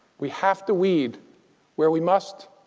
we have to weed where we must.